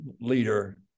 leader